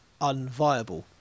unviable